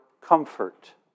comfort